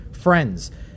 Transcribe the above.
friends